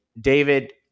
David